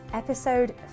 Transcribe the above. episode